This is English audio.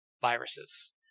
viruses